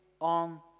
on